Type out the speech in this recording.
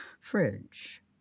fridge